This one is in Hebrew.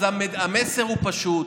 אז המסר הוא פשוט: